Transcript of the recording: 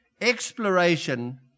Exploration